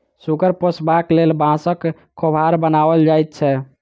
सुगर पोसबाक लेल बाँसक खोभार बनाओल जाइत छै